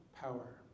power